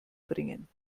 bringen